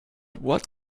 what